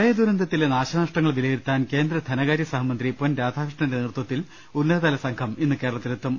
പ്രളയദുരന്തത്തിലെ നാശനഷ്ടങ്ങൾ വിലയിരുത്താൻ കേന്ദ്ര ധനകാര്യ സഹ മന്ത്രി പൊൻ രാധാകൃഷ്ണന്റെ നേതൃത്വത്തിൽ ഉന്നതതലസംഘം ഇന്ന് കേരള ത്തിലെത്തും